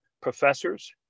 professors